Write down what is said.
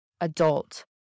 adult